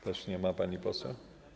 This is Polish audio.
Też nie ma pani poseł.